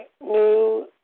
new